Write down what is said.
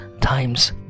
times